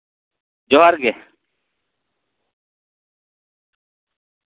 ᱡᱚᱦᱟᱨ ᱜᱮ